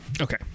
Okay